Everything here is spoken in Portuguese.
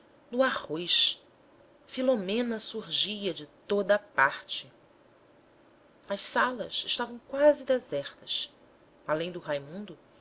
no arroz filomena surgia de toda a parte as salas estavam quase desertas além do